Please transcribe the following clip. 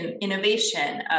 innovation